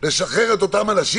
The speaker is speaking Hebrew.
ולשחרר את האנשים